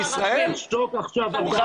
תשתוק עכשיו, אתה.